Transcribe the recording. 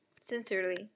Sincerely